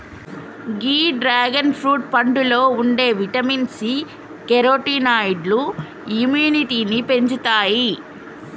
గీ dragon fruit పండులో ఉండే vitamin C, కెరోటినాయిడ్లు ఇమ్యునిటీని పెంచుతాయి